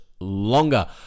longer